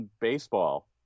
baseball